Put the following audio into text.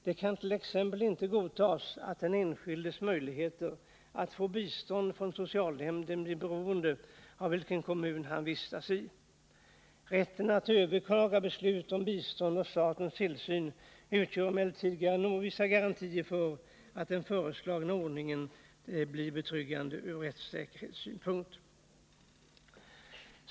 Det kan t.ex. inte godtas att den enskildes möjligheter att få bistånd från socialnämnden blir beroende av vilken kommun vederbörande vistas i. Rätten att överklaga beslut om bistånd och statens tillsyn utgör emellertid vissa garantier för att den föreslagna ordningen blir betryggande ur rättssäkerhetssynpunkt.